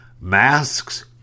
Masks